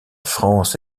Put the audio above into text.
france